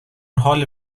حال